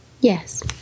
Yes